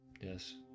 Yes